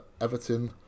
Everton